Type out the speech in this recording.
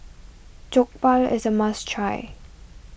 Jokbal is a must try